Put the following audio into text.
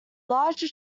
larger